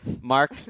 Mark